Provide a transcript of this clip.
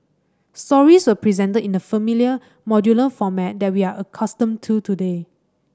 stories were presented in the familiar modular format that we are accustomed to today